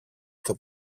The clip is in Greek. στο